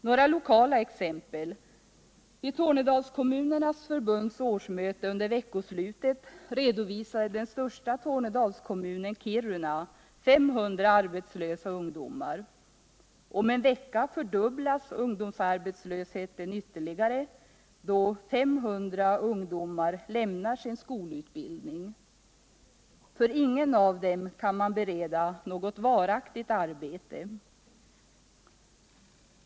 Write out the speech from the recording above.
Några lokala exempel. Vid Tornedalskommunernas förbunds årsmöte under veckoslutet redovisade den största kommunen Kiruna 500 arbetslösa ungdomar. Om en vecka fördubblas ungdomsarbetslösheten ytterligare då 500 ungdomar lämnar sin skolutbildning. Ingen av dem kan beredas något varaktigt arbete.